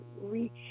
reach